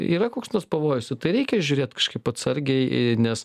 yra koks nors pavojus į tai reikia žiūrėt kažkaip atsargiai nes